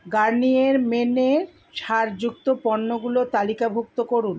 Garnier মেনের ছাড়যুক্ত পণ্যগুলো তালিকাভুক্ত করুন